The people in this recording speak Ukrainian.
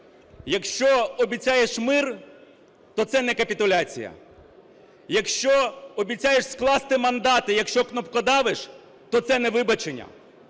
Якщо обіцяєш мир, то це не капітуляція. Якщо обіцяєш скласти мандат і якщо кнопкодавиш, то це не вибачення.